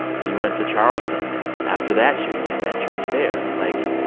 he went to charleston after that shooting at that church there. like,